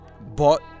bought